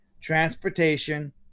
transportation